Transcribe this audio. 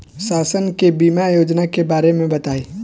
शासन के बीमा योजना के बारे में बताईं?